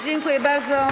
Dziękuję bardzo.